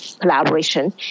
collaboration